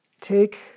take